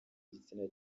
igitsina